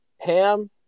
Ham